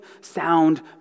sound